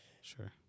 Sure